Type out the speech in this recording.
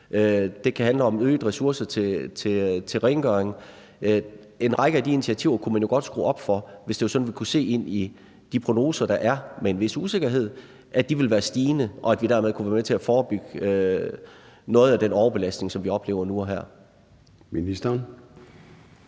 det kan handle om øgede ressourcer til rengøring. En række af de initiativer kunne man jo godt skrue op for, hvis det var sådan, at vi kunne se ind i de prognoser, som der er en vis usikkerhed med, at det ville være stigende, og at vi dermed kunne være med til at forebygge noget af den overbelastning, som vi oplever nu og her.